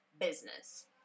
business